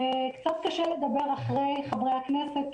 קצת קשה לדבר אחרי חברי הכנסת,